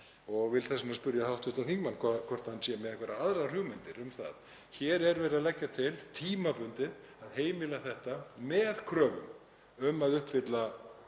Ég vil þess vegna spyrja hv. þingmann hvort hann sé með einhverjar aðrar hugmyndir um það. Hér er verið að leggja til tímabundið að heimila þetta með kröfum um að uppfylla